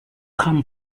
come